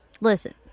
Listen